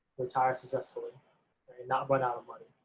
retire successfully and not run out of money.